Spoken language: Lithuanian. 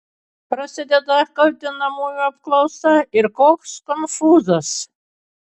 prasideda kaltinamųjų apklausa ir koks konfūzas